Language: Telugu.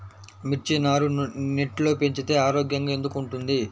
మిర్చి నారు నెట్లో పెంచితే ఆరోగ్యంగా ఎందుకు ఉంటుంది?